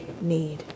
need